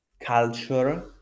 culture